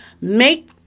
make